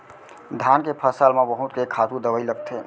धान के फसल म बहुत के खातू दवई लगथे